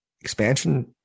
Expansion